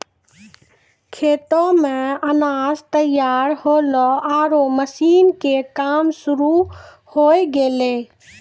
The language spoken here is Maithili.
खेतो मॅ अनाज तैयार होल्हों आरो मशीन के काम शुरू होय गेलै